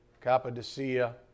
Cappadocia